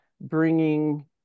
bringing